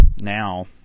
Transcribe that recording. now